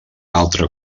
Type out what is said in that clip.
altre